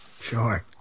Sure